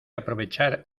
aprovechar